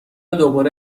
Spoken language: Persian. دوباره